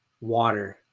water